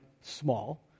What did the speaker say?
small